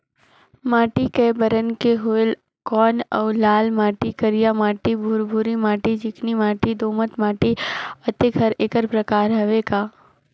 माटी कये बरन के होयल कौन अउ लाल माटी, करिया माटी, भुरभुरी माटी, चिकनी माटी, दोमट माटी, अतेक हर एकर प्रकार हवे का?